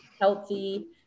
healthy